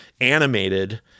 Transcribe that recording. animated